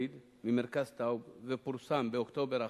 ממרכז טאוב ופורסם באוקטובר האחרון,